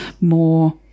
more